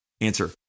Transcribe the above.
answer